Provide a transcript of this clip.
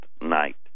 night